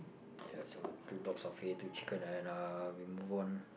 ya so two box of hay two chicken and we move on